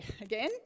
again